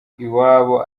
iwabo